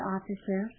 Officer